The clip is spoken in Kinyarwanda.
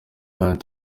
kandi